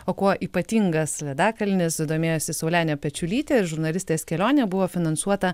o kuo ypatingas ledakalnis domėjosi saulenė pečiulytė žurnalistės kelionė buvo finansuota